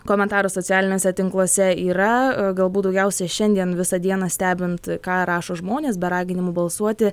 komentarų socialiniuose tinkluose yra galbūt daugiausia šiandien visą dieną stebint ką rašo žmonės be raginimų balsuoti